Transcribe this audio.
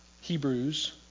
Hebrews